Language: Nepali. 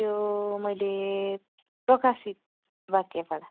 त्यो मैले प्रकाशित वाक्यबाट